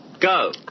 go